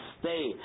stay